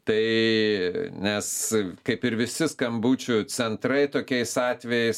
tai nes kaip ir visi skambučių centrai tokiais atvejais